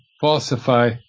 falsify